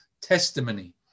testimony